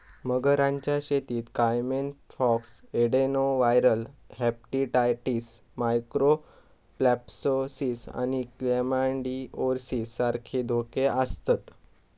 मगरांच्या शेतीत caiman pox, adenoviral hepatitis, mycoplasmosis आणि क्लेमायडिओसिस सारखे धोके आसतत